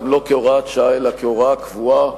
גם לא כהוראת שעה אלא כהוראה קבועה,